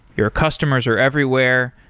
your customers are everywhere.